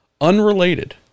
unrelated